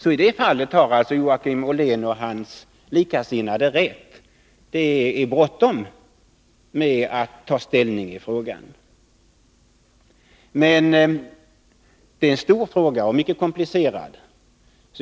I det fallet har Joakim Ollén och likasinnade rätt. Det är bråttom med att ta ställning i frågan. Men det är en stor och mycket komplicerad fråga.